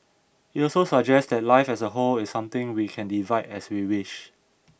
it also suggests that life as a whole is something we can divide as we wish